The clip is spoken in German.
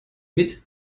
mit